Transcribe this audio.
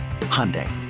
Hyundai